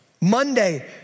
Monday